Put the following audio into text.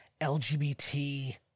LGBT